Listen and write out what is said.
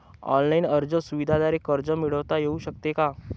Online अर्ज सुविधांद्वारे कर्ज मिळविता येऊ शकते का?